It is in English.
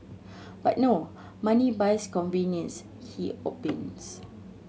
but no money buys convenience he opines